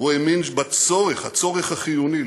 הוא האמין בצורך החיוני,